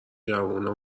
جوونا